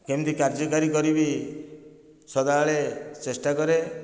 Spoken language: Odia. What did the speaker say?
କେମିତି କାର୍ଯ୍ୟକାରୀ କରିବି ସଦାବେଳେ ଚେଷ୍ଟା କରେ